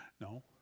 No